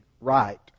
right